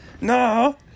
No